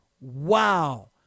Wow